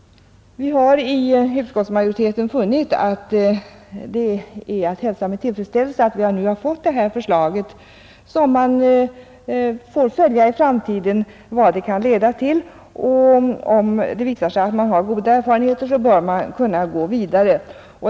Utskottsmajoriteten har funnit att det är att hälsa med tillfredsställelse att vi nu fått detta förslag och att man bör följa vad reformen i framtiden kan leda till. Blir erfarenheterna goda bör vi gå vidare.